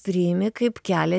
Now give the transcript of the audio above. priimi kaip kelią